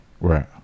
Right